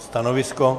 Stanovisko?